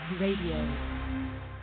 Radio